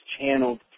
channeled